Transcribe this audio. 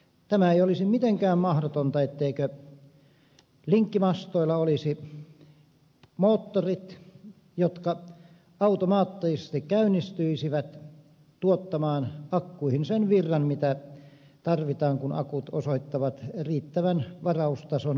tämä ei olisi mitenkään mahdotonta etteikö linkkimastoilla olisi moottorit jotka automaattisesti käynnistyisivät tuottamaan akkuihin sen virran mitä tarvitaan kun akut osoittavat riittävän varaustason vähenevän